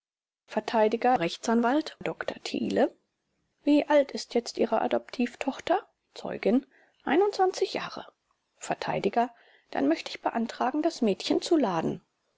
r a dr thiele wie alt ist jetzt ihre adoptivtochter zeugin jahre vert dann möchte ich beantragen das mädchen zu laden